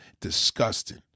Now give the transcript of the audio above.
disgusting